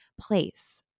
place